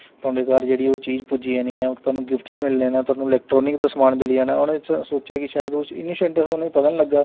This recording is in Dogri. तोआढ़े घर जेह्ड़ी ओह् चीज पुज्जी जानी ऐ ओह् तोहानूं गिफ्ट्स मिलने न तोहानूं इलैक्ट्रानिक दा समान मिली जाना ऐ उ'नें सो सोचेआ कि शायद ओह् इ'यां निश्चिंत हे उ'नें गी पता निं लग्गा